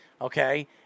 okay